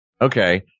Okay